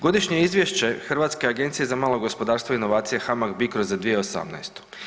Godišnje izvješće Hrvatske agencije za malo gospodarstvo i inovacije Hamag-Bicro za 2018.